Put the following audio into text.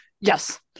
yes